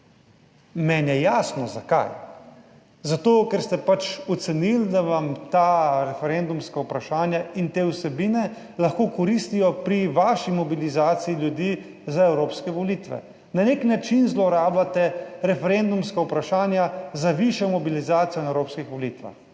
Meni je jasno. Zakaj? Zato, ker ste pač ocenili, da vam ta referendumska vprašanja in te vsebine lahko koristijo pri vaši mobilizaciji ljudi za evropske volitve. Na nek način zlorabljate referendumska vprašanja za višjo mobilizacijo na evropskih volitvah.